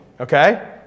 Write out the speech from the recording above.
okay